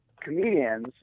comedians